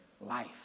Life